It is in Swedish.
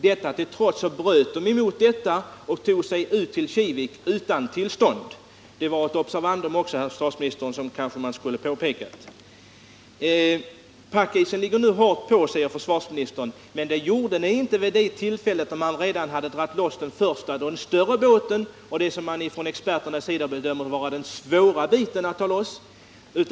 Detta till trots tog besättningen sig ut till Kivik — således utan tillstånd. Det är ett observandum, herr försvarsminister. Packisen ligger nu hårt på, säger försvarsministern. Men det gjorde den inte vid det tillfälle då man hade dragit loss den större båten, vilket experterna bedömt vara den svåraste biten av bärgningsarbetet.